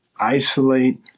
isolate